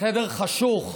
חדר חשוך,